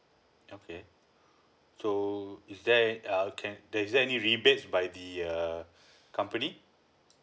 okay so is there uh I can there is there any rebates by the err company